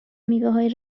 میوههای